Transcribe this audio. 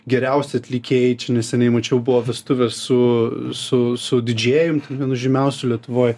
geriausi atlikėjai čia neseniai mačiau buvo vestuvės su su su didžėjum vienu žymiausių lietuvoj